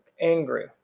angry